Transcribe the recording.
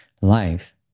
life